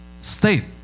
state